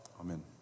Amen